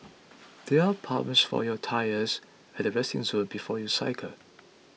there are pumps for your tyres at the resting zone before you cycle